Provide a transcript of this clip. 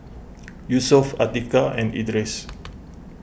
Yusuf Atiqah and Idris